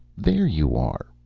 there you are,